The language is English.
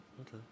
Okay